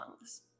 lungs